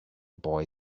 boy